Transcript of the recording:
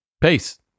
Peace